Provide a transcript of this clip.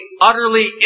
utterly